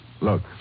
Look